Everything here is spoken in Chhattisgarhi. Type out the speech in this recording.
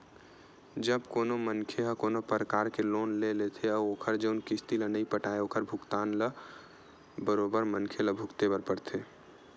जब कोनो मनखे ह कोनो परकार के लोन ले लेथे अउ ओखर जउन किस्ती ल नइ पटाय ओखर भुगतना ल बरोबर मनखे ल भुगते बर परथे